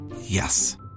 Yes